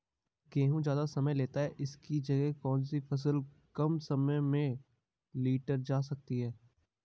गेहूँ ज़्यादा समय लेता है इसकी जगह कौन सी फसल कम समय में लीटर जा सकती है?